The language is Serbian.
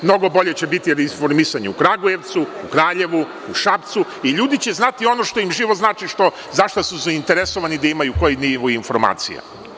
Mnogo bolje će biti informisanje u Kragujevcu, Kraljevu, Šapcu i ljudi će znati ono što im život znači, za šta su zainteresovani da imaju, koji nivo informacija.